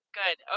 good